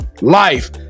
Life